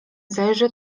zajrzę